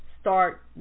start